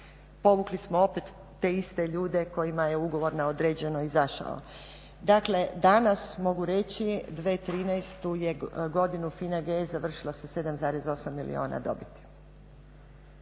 Povukli smo opet te iste ljude kojima je ugovor na određeno izašao. Dakle, danas mogu reći 2013. je godinu FINA GS završila sa 7,8 milijuna dobiti.